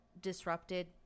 disrupted